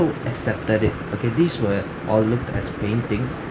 accepted it okay this were all looked as paintings